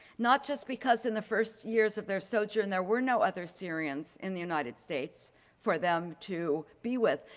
not just because in the first years of their sojourn there were no other syrians in the united states for them to be with,